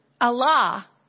Allah